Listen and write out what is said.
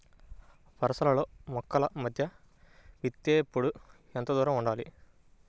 వరసలలో మొక్కల మధ్య విత్తేప్పుడు ఎంతదూరం ఉండాలి?